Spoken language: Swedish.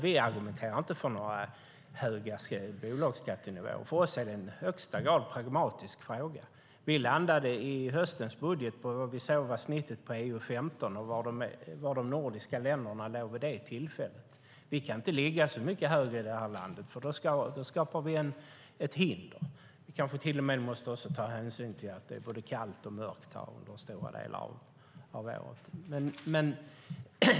Vi argumenterar inte för några höga bolagsskattenivåer. För oss är det en i högsta grad pragmatisk fråga. Vi landade i höstens budget på vad vi såg var snittet i EU-15, där också de nordiska länderna låg vid det tillfället. Vi kan inte ligga så mycket högre i det här landet, för då skapar vi ett hinder. Vi kanske till och med också måste ta hänsyn till att det är både kallt och mörkt här under stora delar av året.